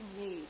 need